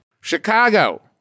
Chicago